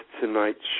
tonight's